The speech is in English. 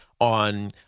on